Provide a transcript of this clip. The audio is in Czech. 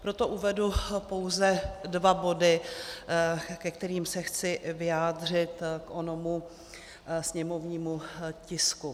Proto uvedu pouze dva body, ke kterým se chci vyjádřit k onomu sněmovnímu tisku.